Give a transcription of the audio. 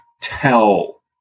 Tell